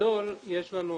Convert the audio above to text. בגדול, יש לנו הסכמה,